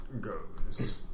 goes